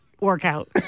workout